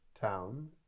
town